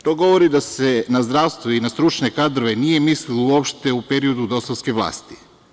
To govori da se na zdravstvo i na stručne kadrove nije mislilo uopšte u periodu DOS-ovske vlasti.